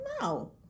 No